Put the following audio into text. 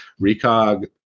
ReCog